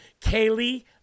Kaylee